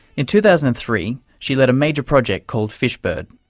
in two thousand and three she led a major project called fish-bird,